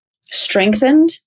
strengthened